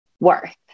worth